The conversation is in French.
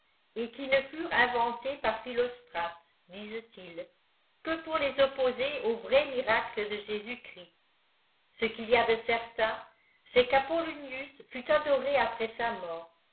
et qui ne furent inventés par philostrate disenl îls que pour les opposer aux vrais miracles de jésus-christ ce qu'il y a de certain c est qu'âpoilbnius fut adoré après sa mort